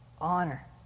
Honor